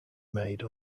made